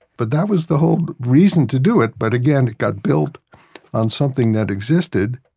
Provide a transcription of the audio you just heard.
but that was the whole reason to do it. but again, it got built on something that existed,